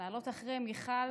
לעלות אחרי מיכל,